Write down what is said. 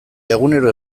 egunero